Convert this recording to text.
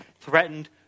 threatened